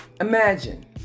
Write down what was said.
Imagine